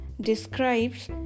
describes